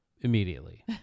immediately